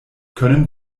können